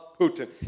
Putin